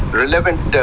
relevant